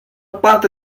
parte